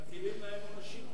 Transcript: מטילים עליהם עונשים.